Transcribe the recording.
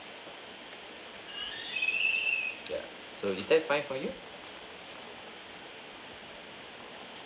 ya so is that fine for you